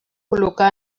col·locar